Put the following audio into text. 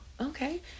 okay